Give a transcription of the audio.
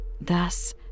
Thus